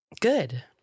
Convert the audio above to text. Good